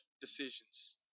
decisions